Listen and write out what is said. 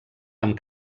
amb